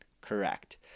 Correct